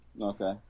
Okay